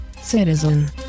citizen